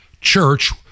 church